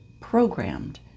programmed